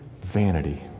vanity